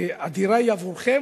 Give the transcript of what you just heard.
הדירה היא עבורכם?